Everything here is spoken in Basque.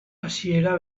hasiera